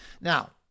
Now